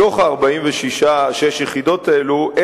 מתוך 46 היחידות האלה,